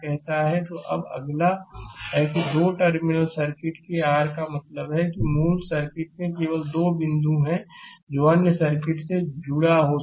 slide समय देखें 2737 अब अगला है कि दो टर्मिनल सर्किट के आर का मतलब है कि मूल सर्किट में केवल दो बिंदु हैं जो अन्य सर्किट से जुड़ा हो सकता है